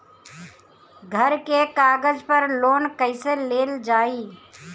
घर के कागज पर लोन कईसे लेल जाई?